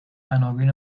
عناوین